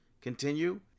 continue